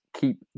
keep